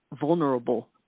vulnerable